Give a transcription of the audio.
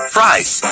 Fries